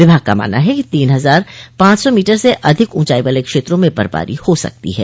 विभाग का मानना है कि तीन हजार पांच सौ मीटर से अधिक ऊंचाई वाले क्षेत्रों में बर्फबारी हो सकती है